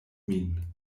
min